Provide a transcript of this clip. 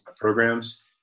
programs